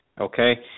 okay